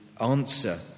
answer